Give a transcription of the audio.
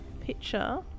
picture